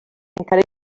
encara